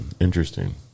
Interesting